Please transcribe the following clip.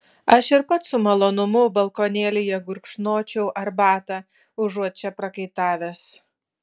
aš ir pats su malonumu balkonėlyje gurkšnočiau arbatą užuot čia prakaitavęs